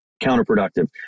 counterproductive